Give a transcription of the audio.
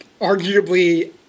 arguably